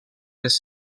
les